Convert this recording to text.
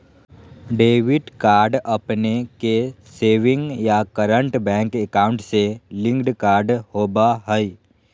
debit card अपने के savings या करंट बैंक अकाउंट से लिंक्ड कार्ड होबा हइ